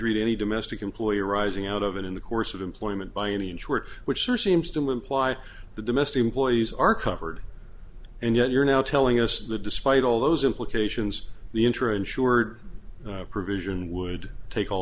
to any domestic employer arising out of an in the course of employment by any insured which sure seems to me imply the domestic employees are covered and yet you're now telling us that despite all those implications the intra insured provision would take all